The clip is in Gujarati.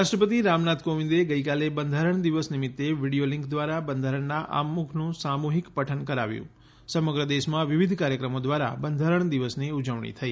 રાષ્ટ્રપતિ રામનાથ કોવિંદે ગઈકાલે બંધારણ દિવસ નિમિત્તે વીડિયો લીંક દ્વારા બંધારણના અમુખનું સામુહિક પઠન કરાવ્યું સમગ્ર દેશમાં વિવિધ કાર્યક્રમો દ્વારા બંધારણ દિવસની ઉજવણી થઈ